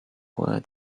were